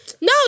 No